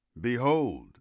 behold